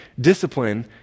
discipline